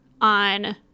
on